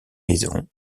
maisons